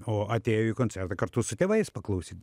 o atėjo į koncertą kartu su tėvais paklausyt